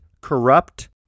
corrupt